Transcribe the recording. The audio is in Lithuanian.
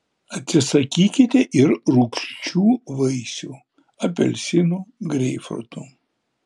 atsisakykite ir rūgčių vaisių apelsinų greipfrutų